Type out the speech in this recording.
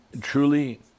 truly